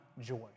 joy